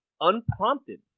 unprompted